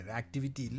activity